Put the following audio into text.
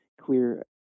clear